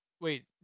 Wait